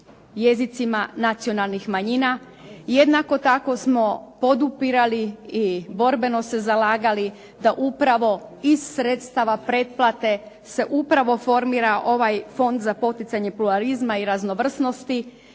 jezicima nacionalnih manjina. Jednako tako smo podupirali i borbeno se zalagali da upravo iz sredstva pretplate se upravo formira ovaj Fond za poticanje pluralizma i raznovrsnosti,